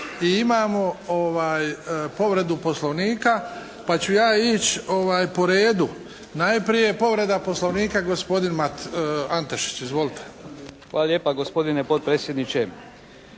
I imamo povredu Poslovnika pa ću ja ić' po redu. Najprije povreda Poslovnika gospodin Antešić. Izvolite! **Antešić, Zdenko (SDP)** Hvala lijepa gospodine potpredsjedniče.